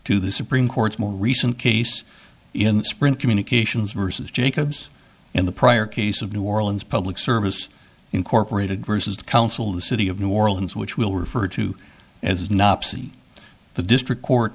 to the supreme court's more recent case in sprint communications versus jacobs in the prior case of new orleans public service incorporated versus the council of the city of new orleans which will refer to as not the district court